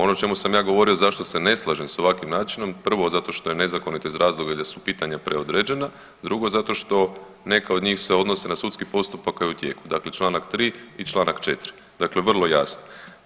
Ono o čemu sam ja govorio zašto se ne slažem s ovakvim načinom, prvo zašto što je nezakonito iz razloga gdje su pitanja preodređena, drugo zato što neka od njih se odnose na sudski postupak koji je u tijeku, dakle Članak 3. i Članak 4., dakle vrlo jasni.